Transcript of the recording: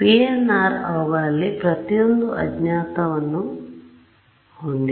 PNR ಅವುಗಳಲ್ಲಿ ಪ್ರತಿಯೊಂದೂ ಅಜ್ಞಾತ ತೂಕ un ನ್ನು ಹೊಂದಿದೆ